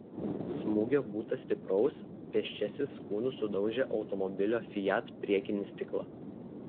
smūgio būta stipraus pėsčiasis kūnu sudaužė automobilio fiat priekinį stiklą